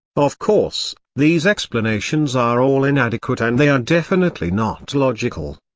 of course, these explanations are all inadequate and they are definitely not logical.